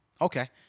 Okay